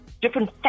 different